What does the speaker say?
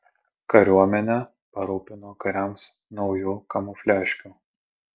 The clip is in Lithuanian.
kariuomenę parūpino kariams naujų kamufliažkių